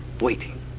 waiting